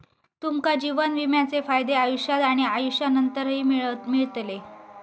तुमका जीवन विम्याचे फायदे आयुष्यात आणि आयुष्यानंतरही मिळतले